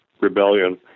rebellion